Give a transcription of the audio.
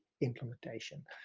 implementation